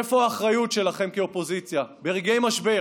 איפה האחריות שלכם כאופוזיציה ברגעי משבר,